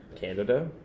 Canada